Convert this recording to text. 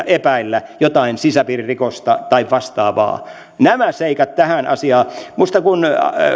epäillä jotain sisäpiiririkosta tai vastaavaa nämä seikat tähän asiaan muistan kun